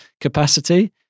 capacity